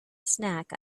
snack